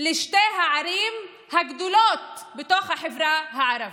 לשתי הערים הגדולות של החברה הערבית.